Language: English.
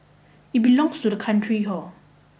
it belongs to the country hor